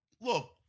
Look